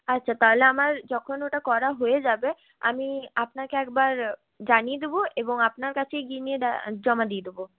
আচ্ছা তাহলে আমার যখন ওটা করা হয়ে যাবে আমি আপনাকে একবার জানিয়ে দেবো এবং আপনার কাছে গিয়ে নিয়ে জমা দিয়ে দেবো